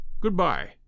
good-bye